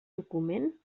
document